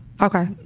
Okay